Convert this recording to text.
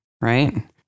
right